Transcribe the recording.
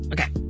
Okay